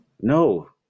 No